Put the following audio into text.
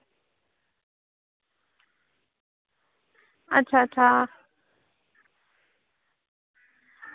अच्छा अच्छा